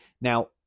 Now